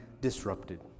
disrupted